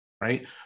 Right